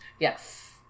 Yes